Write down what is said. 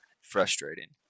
frustrating